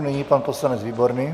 Nyní pan poslanec Výborný.